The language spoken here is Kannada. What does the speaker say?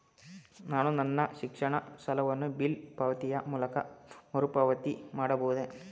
ನಾನು ನನ್ನ ಶಿಕ್ಷಣ ಸಾಲವನ್ನು ಬಿಲ್ ಪಾವತಿಯ ಮೂಲಕ ಮರುಪಾವತಿ ಮಾಡಬಹುದೇ?